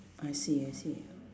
I see I see